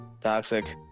toxic